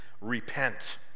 repent